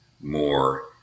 more